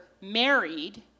married